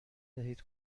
دهید